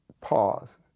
pause